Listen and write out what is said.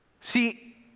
See